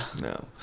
No